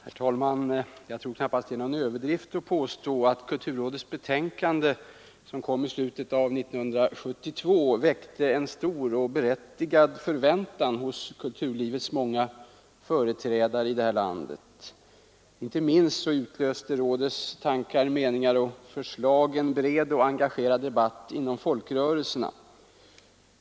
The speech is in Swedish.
Herr talman! Jag tror knappast det är någon överdrift att påstå att kulturrådets betänkande, som kom i slutet av 1972, väckte stor och berättigad förväntan hos kulturlivets många företrädare i det här landet. Inte minst utlöste rådets tankar, meningar och förslag en bred och engagerad debatt inom folkrörelserna.